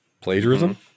Plagiarism